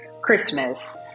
Christmas